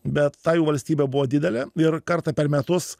bet ta jų valstybė buvo didelė ir kartą per metus